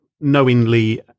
knowingly